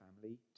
family